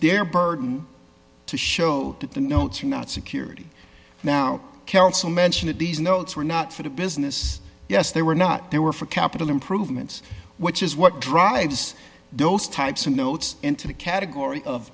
their burden to show that the notes are not security now counsel mention that these notes were not for the business yes they were not they were for capital improvements which is what drives those types of notes into the category of